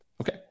Okay